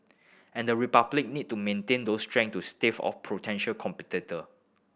and the Republic need to maintain those strengths to stave off potential competitor